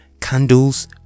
Candles